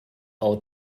our